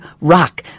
ROCK